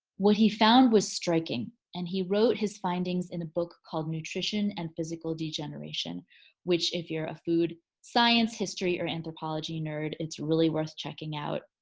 what he found was striking and he wrote his findings in a book called nutrition and physical degeneration which if you're a food science history or anthropology nerd it's really worth checking out.